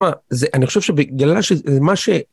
זה אני חושב שבגלל זה מה ש...